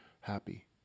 happy